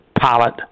Pilot